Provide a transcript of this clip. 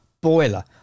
boiler